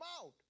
out